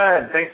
Thanks